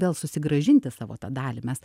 vėl susigrąžinti savo tą dalį mes